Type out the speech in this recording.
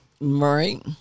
right